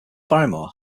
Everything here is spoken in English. barrymore